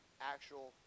actual